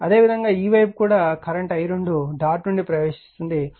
అదేవిధంగా ఈ వైపు కూడా కరెంట్ i2 డాట్ నుండి ప్రవేశిస్తుంది ∅2 ∅21 ∅22